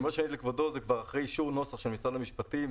זה כבר אחרי אישור נוסח של משרד המשפטים,